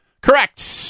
Correct